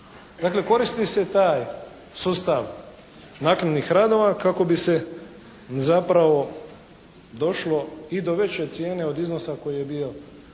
koristi se taj sustav naknadnih radova kako bi se zapravo došlo i do veće cijene od iznosa koji je bio